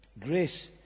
grace